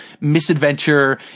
misadventure